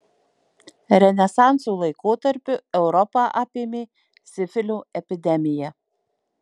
renesanso laikotarpiu europą apėmė sifilio epidemija